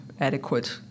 adequate